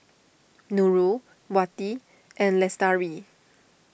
Nurul Wati and Lestari